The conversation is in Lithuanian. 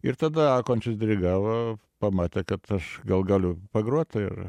ir tada končius dirigavo pamatė kad aš gal galiu pagrot ir